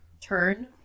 turn